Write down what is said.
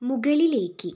മുകളിലേക്ക്